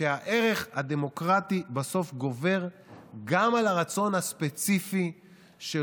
שהערך הדמוקרטי בסוף גובר גם על הרצון הספציפי של